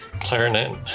Clarinet